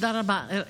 תודה רבה.